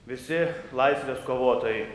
visi laisvės kovotojai